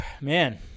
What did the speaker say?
Man